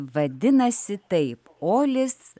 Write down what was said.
vadinasi taip olis